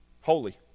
holy